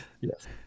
yes